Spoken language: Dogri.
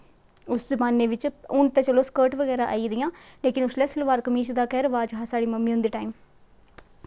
उस जमाने बिच्च हून ते चलो स्कर्ट बगैरा आई गेदियां लेकिन उसलै सलवार कमीच दा गै रवाज हा साढ़ी मम्मी हुंदे टाईम